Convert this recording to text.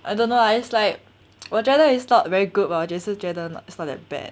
I don't know ah it's like 我觉得 it's not very good but 我也是觉得 it's not that bad